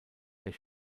der